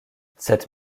cette